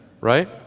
Right